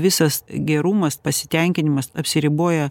visas gerumas pasitenkinimas apsiriboja